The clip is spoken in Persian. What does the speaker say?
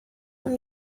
اون